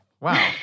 Wow